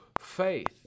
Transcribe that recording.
faith